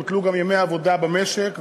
בוטלו גם ימי עבודה במשק,